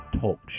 talk